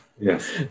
Yes